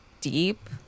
deep